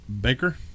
Baker